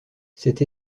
cette